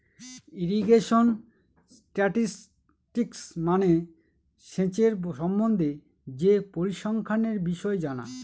irrigation statistics মানে সেচের সম্বন্ধে যে পরিসংখ্যানের বিষয় জানা